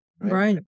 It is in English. Right